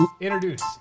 introduce-